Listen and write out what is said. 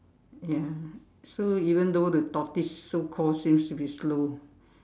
ya so even though the tortoise so called seems to be slow